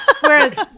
Whereas